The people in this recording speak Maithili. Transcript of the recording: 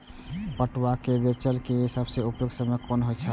पटुआ केय बेचय केय सबसं उपयुक्त समय कोन होय छल?